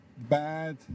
bad